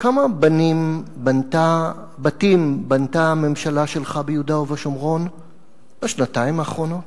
כמה בתים בנתה הממשלה שלך ביהודה ובשומרון בשנתיים האחרונות?